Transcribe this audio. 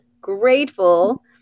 grateful